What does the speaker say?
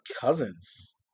cousins